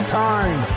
time